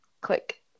Click